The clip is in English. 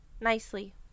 Nicely